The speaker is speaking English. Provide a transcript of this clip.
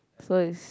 so is